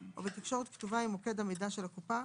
או בתקשורת כתובה עם מוקד המידע של הקופה,